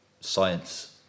science